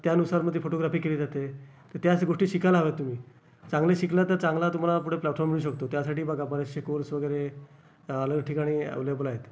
त्यानुसार मग ती फोटोग्राफी केली जाते तर त्या असं गोष्टी शिकायला हव्यात तुम्ही चांगलं शिकलं तर चांगला तुम्हाला कुठे प्लॅटफॉर्म मिळू शकतो त्यासाठी बघा बरेचशे कोर्स वगैरे अलग ठिकाणी अव्हेलेबल आहेत